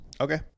Okay